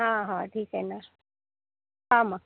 हां हां ठिक आहे ना हा मं